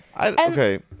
Okay